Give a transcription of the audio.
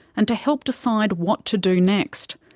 and to help decide what to do next.